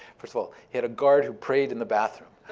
first of all, he had a guard who prayed in the bathroom,